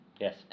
Yes